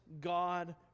God